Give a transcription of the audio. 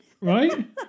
Right